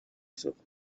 isoko